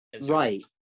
right